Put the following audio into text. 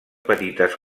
petites